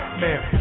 man